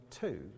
two